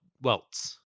welts